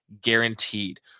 guaranteed